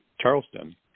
Charleston